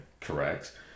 correct